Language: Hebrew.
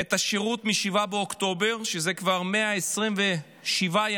את השירות מ-7 באוקטובר, שזה כבר 127 ימים,